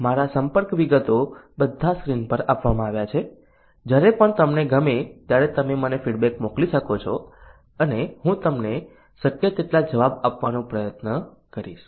મારા સંપર્કો બધા સ્ક્રીન પર આપવામાં આવ્યા છે જ્યારે પણ તમને ગમે ત્યારે તમે મને ફીડબેક મોકલી શકો છો અને હું તેમને શક્ય તેટલો જવાબ આપવાનો પ્રયત્ન કરીશ